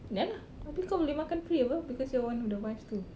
ya lah abeh kau boleh makan free apa because you're one of the wives too